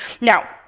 Now